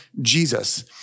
Jesus